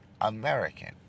American